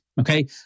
Okay